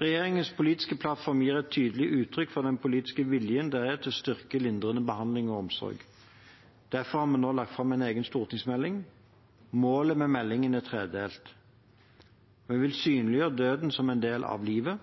Regjeringens politiske plattform gir et tydelig uttrykk for den politiske viljen til å styrke lindrende behandling og omsorg. Derfor har vi nå lagt fram en egen stortingsmelding. Målet med meldingen er tredelt. Vi vil synliggjøre døden som en del av livet.